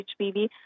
HPV